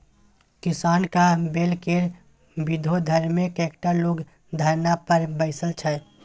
किसानक बिलकेर विरोधमे कैकटा लोग धरना पर बैसल छै